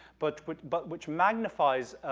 but which but which magnifies,